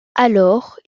alors